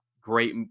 great